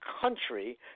country